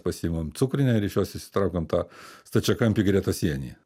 pasiimam cukrinę ir iš jos išsitraukiam tą stačiakampį gretasienį